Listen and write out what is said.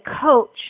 coach